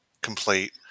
complete